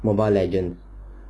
mobile legend